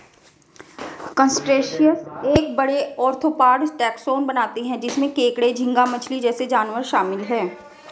crustaceans एक बड़े, arthropod taxon बनाते हैं जिसमें केकड़े, झींगा मछली जैसे जानवर शामिल हैं